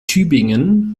tübingen